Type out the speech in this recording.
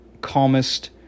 calmest